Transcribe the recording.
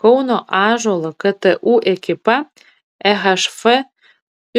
kauno ąžuolo ktu ekipa ehf